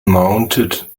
mounted